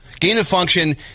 Gain-of-function